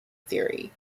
theory